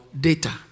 data